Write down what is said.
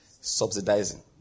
subsidizing